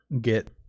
get